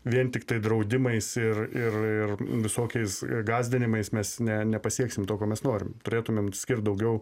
vien tiktai draudimais ir ir ir visokiais gąsdinimais mes ne nepasieksim to ko mes norim turėtumėm skirt daugiau